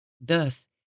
Thus